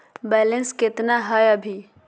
Balance केतना हय अभी?